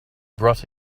brought